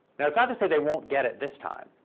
that's not to say they won't get it this time.